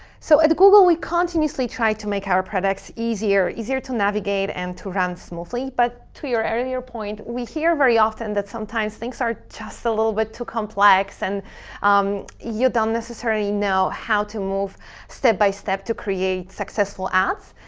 so at google, we continuously tried to make our products easier easier to navigate and to run smoothly. alex but to your earlier point, we hear very often that sometimes things are just a little bit too complex, and um you don't necessarily know how to move step-by-step to create successful ads,